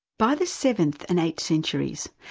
by the seventh and eighth centuries,